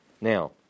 Now